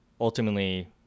ultimately